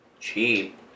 cheap